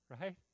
right